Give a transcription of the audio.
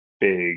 big